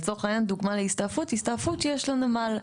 לצורך העניין דוגמה להסתעפות, הסתעפות שיש לה נמל.